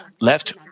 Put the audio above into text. left